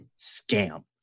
Scam